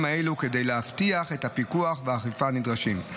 האלו כדי להבטיח את הפיקוח והאכיפה הנדרשים.